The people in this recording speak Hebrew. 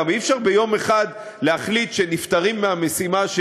אי-אפשר ביום אחד להחליט שנפטרים מהמשימה.